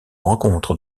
rencontre